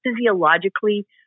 physiologically